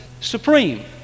supreme